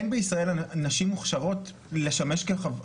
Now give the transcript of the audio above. אין בישראל נשים מוכשרות לשמש כחברות?